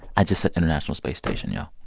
i just said international space station, y'all.